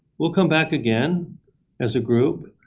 we'll come back again as a group,